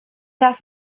das